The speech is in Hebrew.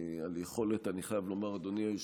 אני חייב לומר, אדוני היושב-ראש,